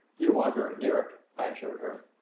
you are very near it, i assured her.